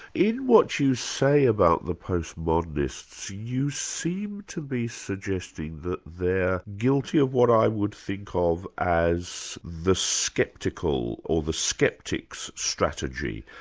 in what you say about the post modernists, you seem to be suggesting that they're guilty of what i would think ah of as the sceptical, or the sceptics' strategy.